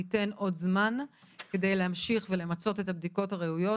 אלא ניתן עוד זמן כדי להמשיך ולמצות את הבדיקות הראויות